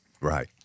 right